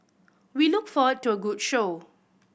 we look forward to a good show